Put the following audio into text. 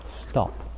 stop